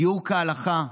גיור כהלכה,